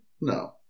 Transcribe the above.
No